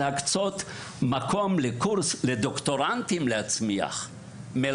להקצות מקום לקורס לדוקטורנטים; מלגות,